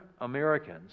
Americans